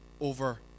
over